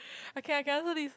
I can I can answer this